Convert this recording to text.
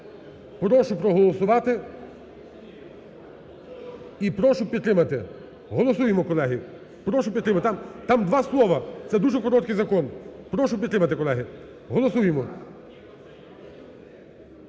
Прошу проголосувати і прошу підтримати. Голосуємо, колеги. Прошу підтримати. Там два слова. Це дуже короткий закон. Прошу підтримати, колеги. Голосуємо.